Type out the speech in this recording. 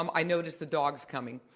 um i noticed the dogs coming.